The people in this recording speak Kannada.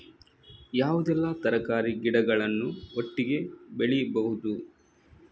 ಯಾವುದೆಲ್ಲ ತರಕಾರಿ ಗಿಡಗಳನ್ನು ಒಟ್ಟಿಗೆ ಬೆಳಿಬಹುದು?